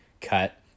cut